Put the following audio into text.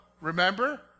Remember